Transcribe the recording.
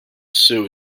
sue